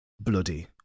bloody